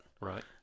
Right